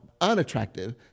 unattractive